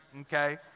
Okay